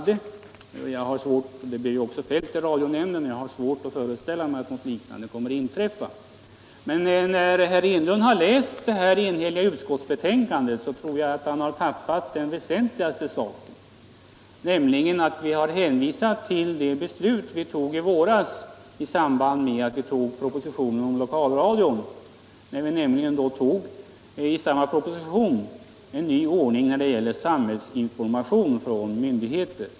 Det blev också fällt i radionämnden. Jag har svårt att föreställa mig att något liknande kommer att inträffa. Då herr Enlund har läst detta enhälliga utskottsbetänkande, har han tydligen tappat bort den väsentligaste saken, nämligen att vi hänvisar till det beslut som fattades i våras i samband med behandlingen av propositionen om lokalradion. I denna proposition föreslogs en ny ordning för samhällsinformation från myndigheter.